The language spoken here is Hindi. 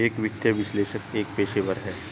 एक वित्तीय विश्लेषक एक पेशेवर है